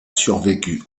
survécu